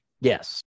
yes